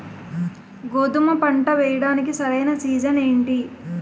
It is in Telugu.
గోధుమపంట వేయడానికి సరైన సీజన్ ఏంటి?